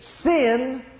sin